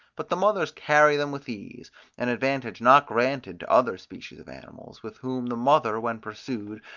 but the mothers carry them with ease an advantage not granted to other species of animals, with whom the mother, when pursued,